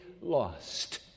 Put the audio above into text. lost